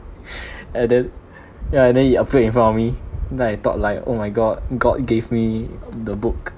and then ya and then it appeared in front of me then I thought like oh my god god gave me the book